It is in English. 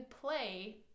play